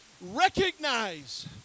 Recognize